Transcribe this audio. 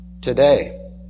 today